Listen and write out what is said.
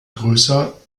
größer